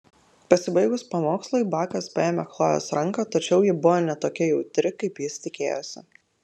pasibaigus pamokslui bakas paėmė chlojės ranką tačiau ji buvo ne tokia jautri kaip jis tikėjosi